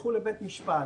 תלכו לבית משפט.